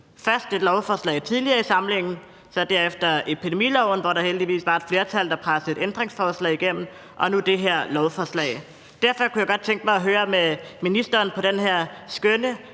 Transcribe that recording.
først et lovforslag tidligere i samlingen, derefter epidemiloven, hvor der heldigvis var et flertal, der pressede et ændringsforslag igennem, og nu det her lovforslag. Derfor kunne jeg godt tænke mig at høre, om ministeren på denne skønne